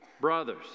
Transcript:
brothers